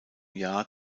jahr